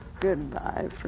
Goodbye